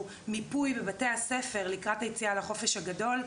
מיפוי בבתי הספר לקראת היציאה לחופש הגדול,